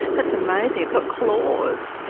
that's amazing, it's got claws.